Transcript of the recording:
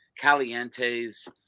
Caliente's